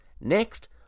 Next